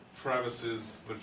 Travis's